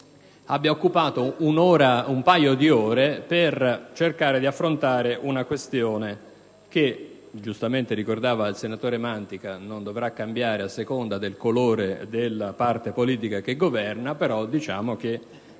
Abbiamo dedicato un paio di ore per cercare di affrontare una questione che, come giustamente ricordava il sottosegretario Mantica, non dovrà cambiare a seconda del colore della parte politica che governa. Tuttavia la